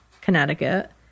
connecticut